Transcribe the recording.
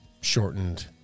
shortened